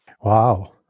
Wow